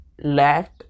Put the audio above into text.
left